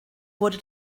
wurde